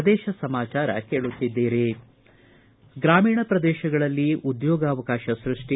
ಪ್ರದೇಶ ಸಮಾಚಾರ ಕೇಳುತ್ತಿದ್ದೀರಿ ಗ್ರಾಮೀಣ ಪ್ರದೇಶಗಳಲ್ಲಿ ಉದ್ಯೋಗಾವಕಾಶ ಸೃಷ್ಟಿ